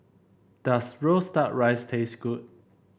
does roast duck rice taste good